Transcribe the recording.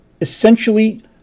essentially